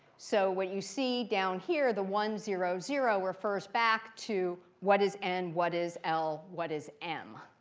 so what you see down here, the one, zero, zero, refers back to what is n, what is l, what is m.